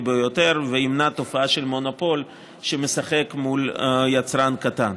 ביותר וימנע תופעה של מונופול שמשחק מול יצרן קטן.